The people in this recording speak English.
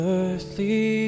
earthly